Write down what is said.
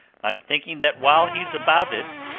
i'm thinking that while he's about it,